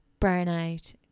burnout